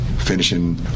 finishing